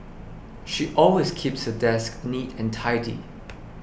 she always keeps her desk neat and tidy